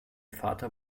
vater